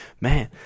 man